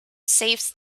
saves